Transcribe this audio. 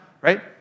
right